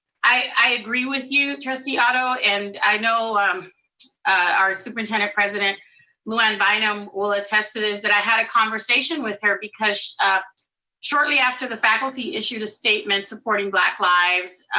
i agree with you trustee otto, and i know um our superintendent-president lou anne bynum will attest to this, that i had a conversation with her, because shortly after the faculty issued a statement supporting black lives,